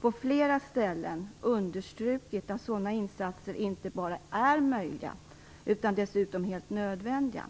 på flera ställen understrukit att sådana insatser inte bara är möjliga utan dessutom är helt nödvändiga.